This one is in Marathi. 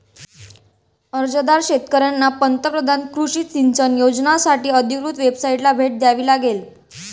अर्जदार शेतकऱ्यांना पंतप्रधान कृषी सिंचन योजनासाठी अधिकृत वेबसाइटला भेट द्यावी लागेल